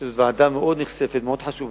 שזאת ועדה מאוד נכספת, מאוד חשובה.